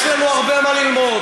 יש לנו הרבה מה ללמוד,